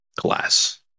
glass